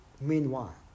meanwhile